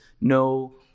no